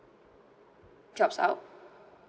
drops out